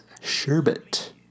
sherbet